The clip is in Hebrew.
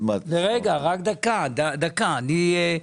רגע דקה אני,